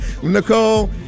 Nicole